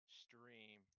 stream